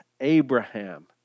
Abraham